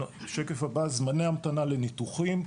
שקף הבא, זמני המתנה לניתוחים.